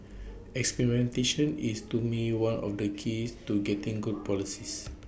experimentation is to me one of the keys to getting good policies